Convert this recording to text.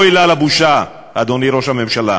אוי לה לבושה, אדוני ראש הממשלה.